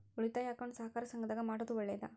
ಉಳಿತಾಯ ಅಕೌಂಟ್ ಸಹಕಾರ ಸಂಘದಾಗ ಮಾಡೋದು ಒಳ್ಳೇದಾ?